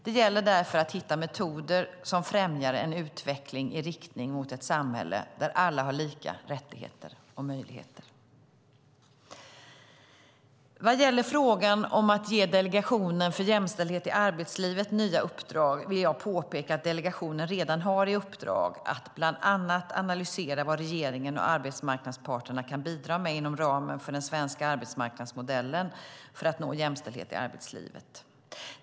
Det gäller därför att hitta metoder som främjar en utveckling i riktning mot ett samhälle där alla har lika rättigheter och möjligheter. Vad gäller frågan om att ge Delegationen för jämställdhet i arbetslivet nya uppdrag vill jag påpeka att delegationen redan har i uppdrag att bland annat analysera vad regeringen och arbetsmarknadsparterna kan bidra med inom ramen för den svenska arbetsmarknadsmodellen för att nå jämställdhet i arbetslivet.